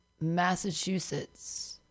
Massachusetts